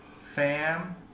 FAM